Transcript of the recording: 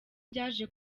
byaje